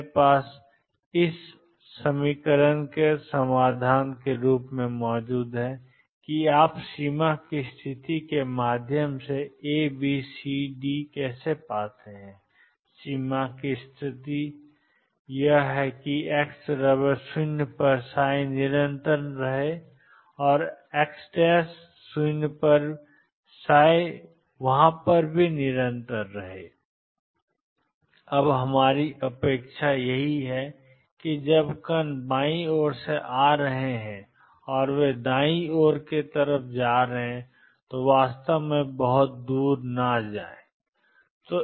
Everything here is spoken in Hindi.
मेरे पास CeαxD e αx समाधान है कि आप सीमा की स्थिति के माध्यम से ए बी सी और डी कैसे पाते हैं और सीमा की स्थिति यह है कि x 0 पर निरंतर रहें और x 0 पर निरंतर रहें अब हमारी अपेक्षा यह है कि जब कण बाईं ओर से आ रहे हों वे दायीं ओर के शोर पर वास्तव में बहुत दूर नहीं जा सकते